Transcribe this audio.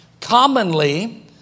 commonly